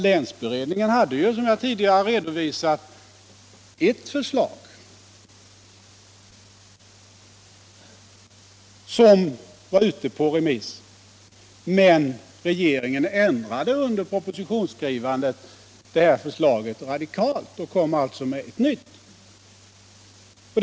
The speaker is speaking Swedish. Länsberedningens förslag hade varit ute på remiss, men regeringen ändrade under propositionsskrivandet radikalt detta förslag.